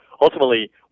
Ultimately